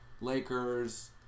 Lakers